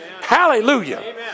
Hallelujah